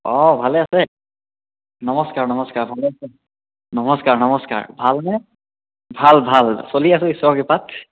অঁ ভালে আছে নমস্কাৰ নমস্কাৰ নমস্কাৰ নমস্কাৰ ভালনে ভাল ভাল চলি আছোঁ ঈশ্বৰৰ কৃপাত